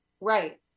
Right